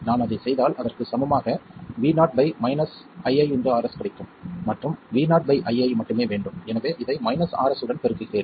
நான் அதைச் செய்தால் அதற்குச் சமமாக vo iiRs கிடைக்கும் மற்றும் vo பை ii மட்டுமே வேண்டும் எனவே இதை Rs உடன் பெருக்குகிறேன்